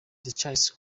charles